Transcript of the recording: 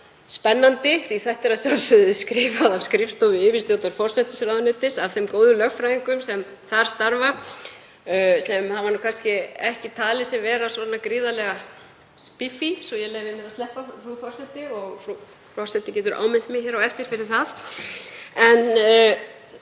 spennandi, því að þetta er skrifað af skrifstofu yfirstjórnar forsætisráðuneytis af þeim góðu lögfræðingum sem þar starfa, sem hafa nú kannski ekki talið sig vera svona gríðarlega „spiffy“, svo ég leyfi mér að sletta, frú forseti, og forseti getur áminnt mig hér á eftir fyrir það.